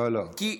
לא, לא.